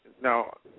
Now